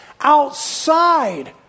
outside